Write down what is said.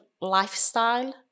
lifestyle